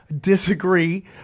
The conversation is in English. disagree